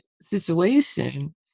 situation